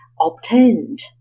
obtained